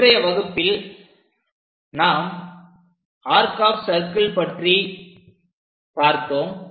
இன்றைய வகுப்பில் நாம் ஆர்க் ஆப் சர்க்கிள் பற்றி பார்த்தோம்